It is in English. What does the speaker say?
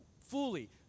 fully